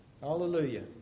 Hallelujah